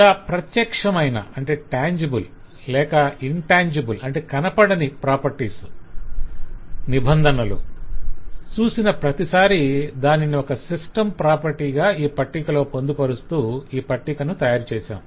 ఇలా ప్రత్యక్షమైన లేక పరోక్షమైన గుణాలు నిబంధనలు చూసిన ప్రతిసారి దానిని ఒక సిస్టం ప్రాపర్టీగా ఈ పట్టికలో పొందుపరుస్తూ ఈ పట్టికను తయారుచేసాం